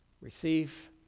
Receive